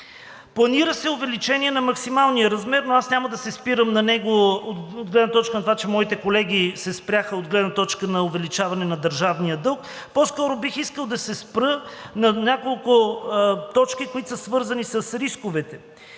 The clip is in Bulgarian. Планира се увеличение на максималния размер, но аз няма да се спирам на него от гледна точка на това, че моите колеги се спряха от гледна точка на увеличаване на държавния дълг. По-скоро бих искал да се спра на няколко точки, които са свързани с рисковете.